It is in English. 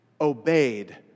obeyed